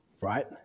right